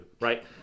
right